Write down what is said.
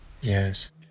Yes